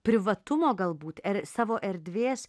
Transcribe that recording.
privatumo galbūt savo erdvės